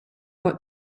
got